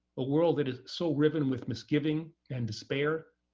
a world that is so riven with misgiving and despair,